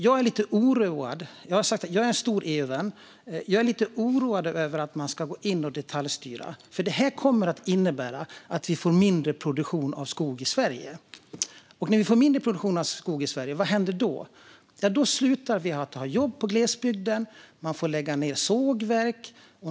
Jag är en stor EU-vän, men jag är lite oroad över att man ska gå in och detaljstyra. Det här kommer nämligen att innebära att vi får mindre produktion av skog i Sverige. Och vad händer då? Jo, då har vi inte längre några jobb i glesbygden. Sågverk får läggas ned.